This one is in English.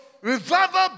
revival